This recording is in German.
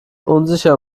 unsicher